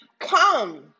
Come